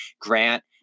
Grant